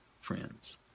friends